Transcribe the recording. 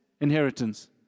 inheritance